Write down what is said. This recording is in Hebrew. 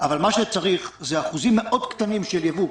אבל מה שצריך זה אחוזים קטנים מאוד של ייבוא,